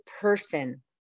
person